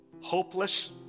hopeless